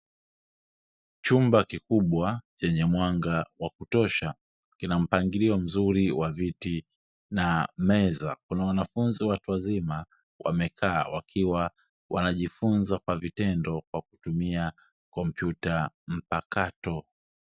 Chumba kikubwa chenye mwanga wa kutosha kina mpangilio mzuri wa viti na meza. Kuna wanafunzi watu wazima wamekaa wakiwa wanajifunza kwa vitendo kwa kutumia kompyuta mpakato.